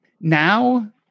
Now